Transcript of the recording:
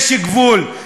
יש גבול.